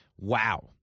Wow